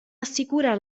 assicura